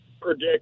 predict